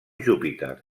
júpiter